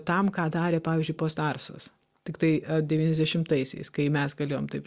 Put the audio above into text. tam ką darė pavyzdžiui postarsas tiktai devyniasdešimtaisiais kai mes galėjom taip